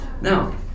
Now